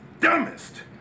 dumbest